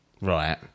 right